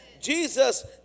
Jesus